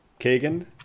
Kagan